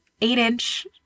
eight-inch